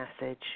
message